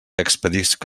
expedisc